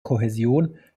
kohäsion